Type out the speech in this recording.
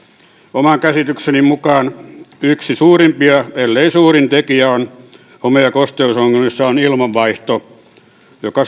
oman käsitykseni mukaan yksi suurimpia ellei suurin tekijä home ja kosteusongelmissa on ilmanvaihto joka